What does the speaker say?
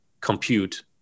compute